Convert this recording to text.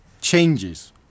changes